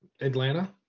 Atlanta